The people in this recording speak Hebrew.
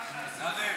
נתקבל.